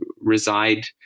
reside